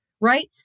right